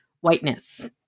whiteness